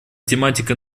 тематика